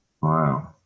Wow